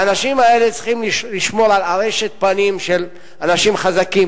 האנשים האלה צריכים לשמור על ארשת פנים של אנשים חזקים